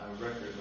record